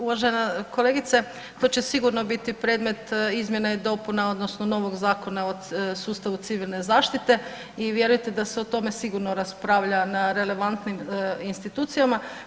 Uvažena kolegice, to će sigurno biti predmet izmjena i dopuna odnosno novog Zakona o sustavu civilne zaštite i vjerujte da se o tome sigurno raspravlja na relevantnim institucijama.